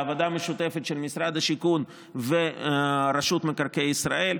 בעבודה משותפת של משרד השיכון ורשות מקרקעי ישראל.